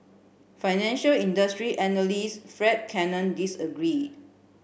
financial industry analyst Fred Cannon disagreed